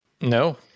No